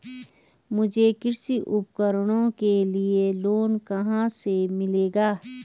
मुझे कृषि उपकरणों के लिए लोन कहाँ से मिलेगा?